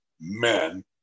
men